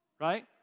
Right